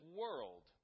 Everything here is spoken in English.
world